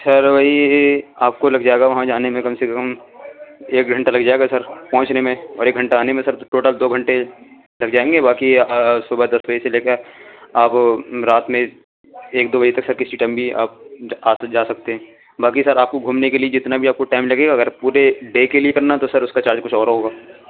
سر آپ کو لگ جائے گا وہاں جانے میں کم سے کم ایک گھنٹہ لگ جائے گا سر پہنچنے میں اور ایک گھنٹہ آنے میں سر ٹوٹل دو گھنٹے لگ جائیں گے باقی صبح دس بجے سے لے کر آپ رات میں ایک دو بجے تک سر کسی ٹائم بھی آپ آ کر جا سکتے ہیں باقی سر آپ کو گھومنے کے لیے جتنا بھی آپ کو ٹائم لگے گا اگر پورے ڈے کے لیے کرنا تو سر اس کا چارج کچھ اور ہوگا